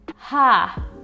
Ha